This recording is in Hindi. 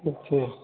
अच्छा